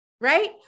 right